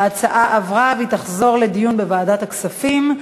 ההצעה עברה והיא תחזור לדיון לוועדת הכספים.